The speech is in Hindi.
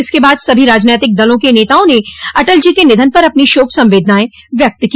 इसके बाद सभी राजनैतिक दलों के नेताओं ने अटल जी के निधन पर अपनी शोक संवेदनाएं व्यक्त की